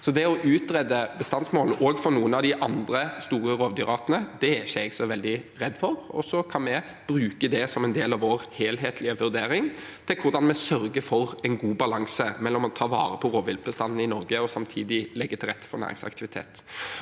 Det å utrede bestandsmål, også for noen av de andre store rovdyrartene, er jeg ikke så veldig redd for. Så kan vi bruke det som en del av vår helhetlige vurdering av hvordan vi sørger for en god balanse mellom det å ta vare på rovviltbestanden i Norge og samtidig legge til rette for næringsaktivitet.